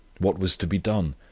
what was to be done?